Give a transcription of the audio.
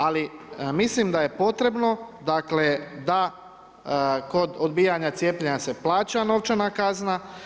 Ali, mislim da je potrebno da kod odbijanja cijepljena se plaća novčana kazna.